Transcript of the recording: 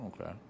Okay